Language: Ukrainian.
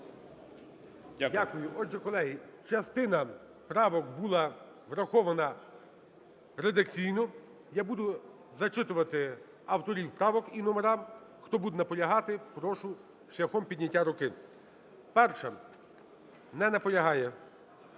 Дякую. Отже, колеги, частина правок була врахована редакційно. Я буду зачитувати авторів правок і номера. Хто буде наполягати, прошу шляхом підняття руки. 1-а. Не наполягає.